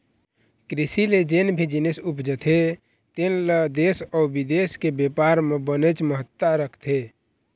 कृषि ले जेन भी जिनिस उपजथे तेन ल देश अउ बिदेश के बेपार म बनेच महत्ता रखथे